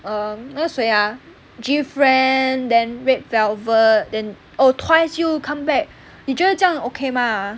um 那个谁 ah gfriend then red velvet then oh twice 又 come back then 你觉得这样 okay 吗